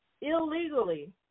illegally